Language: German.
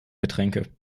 getränke